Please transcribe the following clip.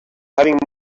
having